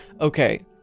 Okay